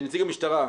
נציג המשטרה,